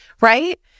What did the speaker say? right